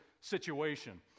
situation